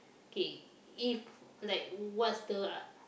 K if like what's the uh